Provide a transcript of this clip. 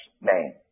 man